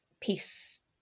peace